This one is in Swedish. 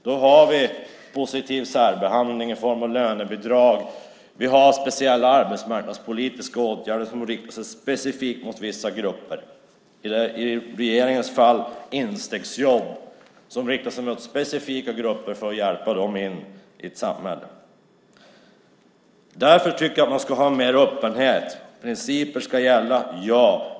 Vi har positiv särbehandling i form av lönebidrag och speciella arbetsmarknadspolitiska åtgärder som riktar sig specifikt mot vissa grupper. I regeringens fall handlar det om instegsjobb som riktar sig mot specifika grupper för att hjälpa dem in i samhället. Man ska ha mer öppenhet. Visst ska principer gälla.